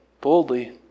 boldly